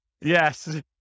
Yes